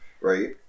right